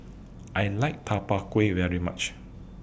I like Tau Kwa Pau very much